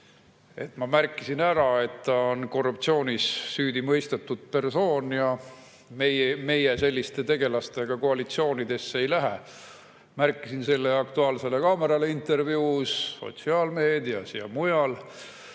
ma märkisin ära, et ta on korruptsioonis süüdi mõistetud persoon ja meie selliste tegelastega koalitsiooni ei lähe. Märkisin selle ära "Aktuaalsele kaamerale" [antud] intervjuus, sotsiaalmeedias ja mujal.